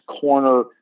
corner